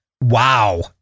Wow